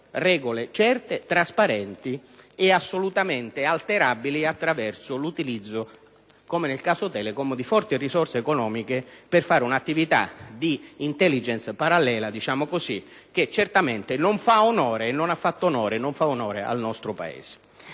regole certe, trasparenti e assolutamente non alterabili attraverso l'utilizzo, come nel caso Telecom, di forti risorse economiche per svolgere un'attività di *intelligence* parallela, che certamente non fa onore e non ha fatto onore al nostro Paese.